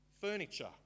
furniture